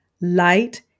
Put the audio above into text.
light